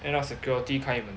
end up security 开门